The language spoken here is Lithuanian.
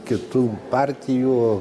kitų partijų